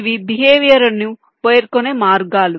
ఇవి బిహేవియర్ ను పేర్కొనే మార్గాలు